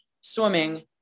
swimming